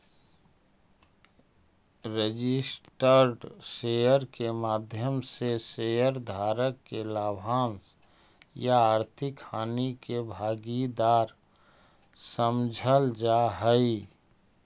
registered share के माध्यम से शेयर धारक के लाभांश या आर्थिक हानि के भागीदार समझल जा हइ